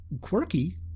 Quirky